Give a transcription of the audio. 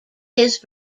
his